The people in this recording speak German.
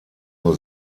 nur